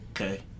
okay